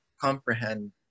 comprehend